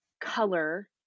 color